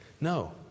No